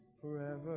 forever